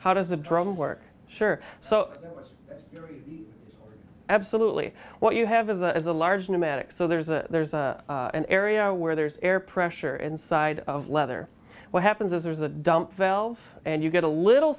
how does the drum work sure so absolutely what you have is a is a large pneumatic so there's a there's an area where there's air pressure inside of leather what happens is there's a dump valve and you get a little